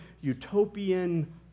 utopian